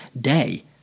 day